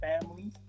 family